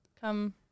come